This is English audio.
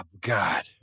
God